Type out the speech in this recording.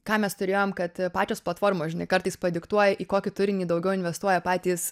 ką mes turėjom kad pačios platformos žinai kartais padiktuoja į kokį turinį daugiau investuoja patys